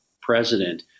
president